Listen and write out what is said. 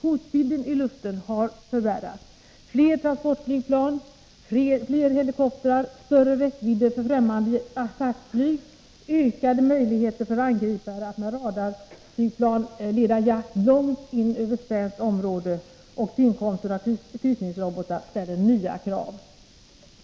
Hotbilden i luften har förvärrats. Fler transportflygplan, fler helikoptrar, större räckvidder för främmande attackflyg, ökade möjligheter för en angripare att med radarflygplan leda jakt långt in över svenskt område och tillkomsten av kryssningsrobotar ställer nya krav.